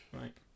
right